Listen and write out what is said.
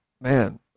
man